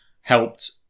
helped